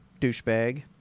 douchebag